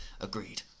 agreed